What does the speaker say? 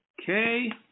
Okay